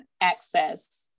access